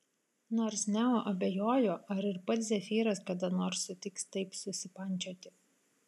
nors neo abejojo ar ir pats zefyras kada nors sutiks taip susipančioti